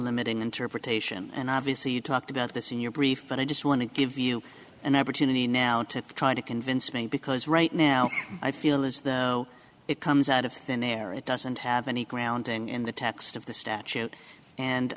limiting interpretation and obviously you talked about this in your brief but i just want to give you an opportunity now to try to convince me because right now i feel as though it comes out of thin air it doesn't have any grounding in the text of the statute and